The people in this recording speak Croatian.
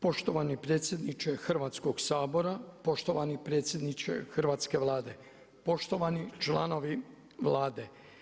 Poštovani predsjedniče Hrvatskog sabora, poštovani predsjedniče hrvatske Vlade, poštovani članovi Vlade.